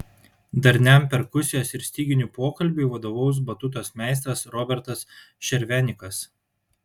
darniam perkusijos ir styginių pokalbiui vadovaus batutos meistras robertas šervenikas